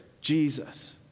Jesus